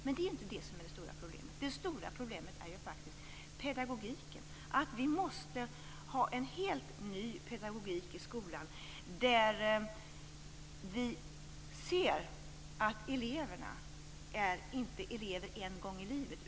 Men det är inte det som är det stora problemet. Det stora problemet är pedagogiken. Vi måste ha en helt ny pedagogik i skolan där vi ser att eleverna inte är elever en gång i livet.